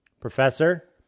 Professor